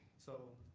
so,